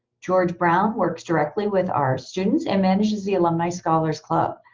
george brown works directly with our students and manages the alumni scholars club.